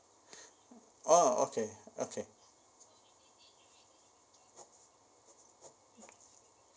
orh okay okay